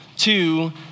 two